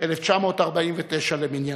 1949 למניינם.